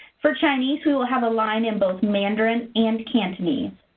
for chinese, we will have a line in both mandarin and cantonese.